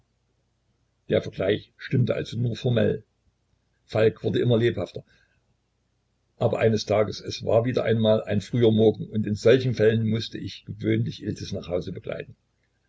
der vergleich stimmte also nur formell falk wurde immer lebhafter aber eines tages es war wieder einmal ein früher morgen und in solchen fällen mußte ich gewöhnlich iltis nach hause begleiten